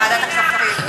לוועדת הכספים.